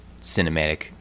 cinematic